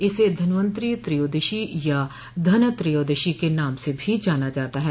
इसे धनवंतरि त्रयोदशी या धन त्रयोदशी के नाम से भी जाना जाता है